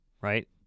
right